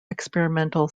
experimental